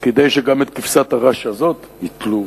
כדי שגם את כבשת הרש הזאת ייטלו